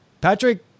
Patrick